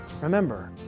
remember